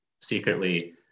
secretly